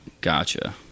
gotcha